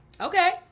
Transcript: Okay